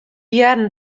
hearren